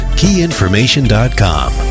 keyinformation.com